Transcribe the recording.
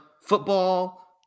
football